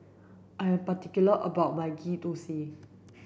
I am particular about my Ghee Thosai